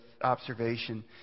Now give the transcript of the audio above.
observation